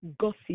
gossip